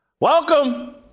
Welcome